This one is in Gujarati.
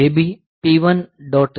JB P1